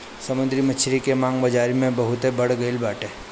समुंदरी मछरी के मांग बाजारी में बहुते बढ़ गईल बाटे